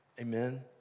amen